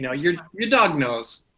you know your your dog knows.